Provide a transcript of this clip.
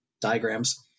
diagrams